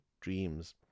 dreams